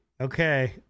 Okay